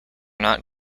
not